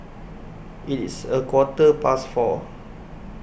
its A Quarter Past four